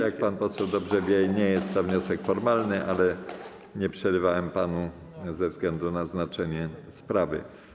Jak pan poseł dobrze wie, nie jest to wniosek formalny, ale nie przerywałem panu ze względu na znaczenie sprawy.